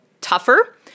tougher